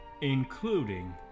including